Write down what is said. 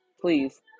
please